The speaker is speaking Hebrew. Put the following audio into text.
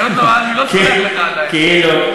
אני לא סולח לך עדיין.